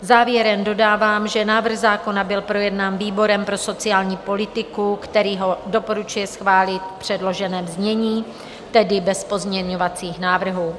Závěrem dodávám, že návrh zákona byl projednán výborem pro sociální politiku, který ho doporučuje schválit v předloženém znění, tedy bez pozměňovacích návrhů.